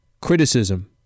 criticism